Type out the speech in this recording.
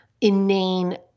inane